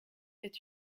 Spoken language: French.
est